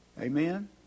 amen